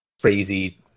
crazy